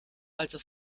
also